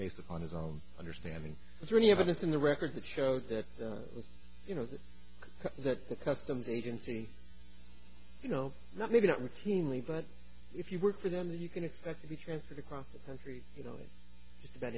based upon his own understanding is there any evidence in the records that show that it was you know that the customs agency you know nothing about routinely but if you work for them that you can expect to be transferred across the country you know that